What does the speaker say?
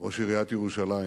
ראש עיריית ירושלים